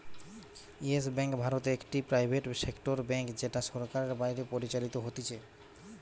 yes bank ভারতে একটি private sector bank যেটা সরকারের বাইরে পরিচালিত হতিছে